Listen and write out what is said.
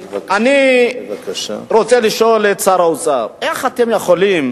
אני רוצה לשאול את שר האוצר: איך אתם יכולים